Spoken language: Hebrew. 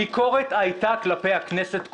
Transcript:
הביקורת הייתה כלפי הכנסת כולה,